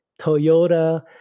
Toyota